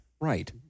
Right